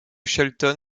shelton